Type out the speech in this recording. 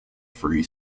free